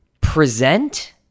present